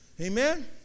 Amen